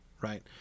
right